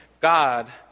God